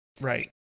Right